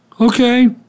Okay